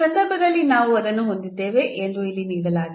ಈ ಸಂದರ್ಭದಲ್ಲಿ ನಾವು ಅದನ್ನು ಹೊಂದಿದ್ದೇವೆ ಎಂದು ಇಲ್ಲಿ ನೀಡಲಾಗಿದೆ